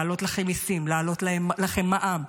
להעלות לכם מיסים, להעלות לכם מע"מ,